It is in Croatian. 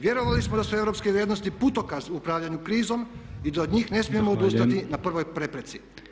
Vjerovali smo da su europske vrijednosti putokaz u upravljanju krizom i da od njih ne smijemo odustati na prvoj prepreci